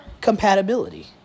compatibility